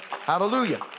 Hallelujah